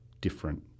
different –